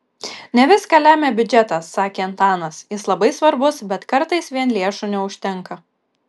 ne viską lemia biudžetas sakė antanas jis labai svarbus bet kartais vien lėšų neužtenka